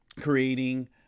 creating